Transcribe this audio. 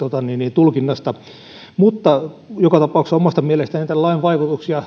tulkinnasta mutta koska tämä on laaja muutos joka tapauksessa omasta mielestäni tämän lain vaikutuksia